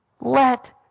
let